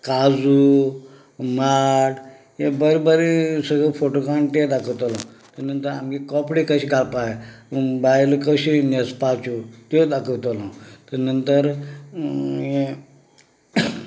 काजू माड ये बरें बरें सगळें फोटो काडून तें दाखयतलो ताजे नंतर आमी कोपडें कशें काडपाक जाये बायलो कशें न्हेसतात त्यो त्यो दाखयतलो ताजे नंतर ये